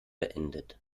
beendet